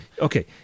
Okay